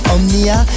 Omnia